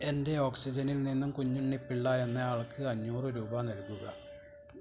എൻ്റെ ഓക്സിജനിൽ നിന്നും കുഞ്ഞുണ്ണി പിള്ള എന്നയാൾക്ക് അഞ്ഞൂറ് രൂപ നൽകുക